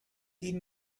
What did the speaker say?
die